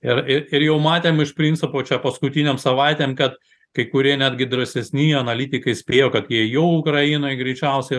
ir ir ir jau matėm iš principo čia paskutinėm savaitėm kad kai kurie netgi drąsesni analitikai spėjo kad jie jau ukrainoj greičiausiai